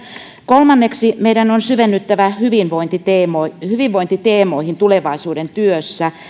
kolmanneksi meidän on syvennyttävä hyvinvointiteemoihin hyvinvointiteemoihin tulevaisuuden työssä